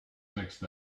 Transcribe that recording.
mixed